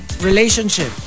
relationship